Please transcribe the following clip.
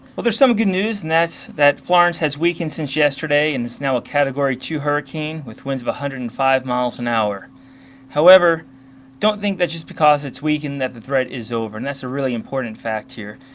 well there's some good news and that's that florence has weakened since yesterday and it's now a category two hurricane with winds of one hundred and five miles an hour however don't think that just because it's weakened that the threat is over and that's a really important fact here.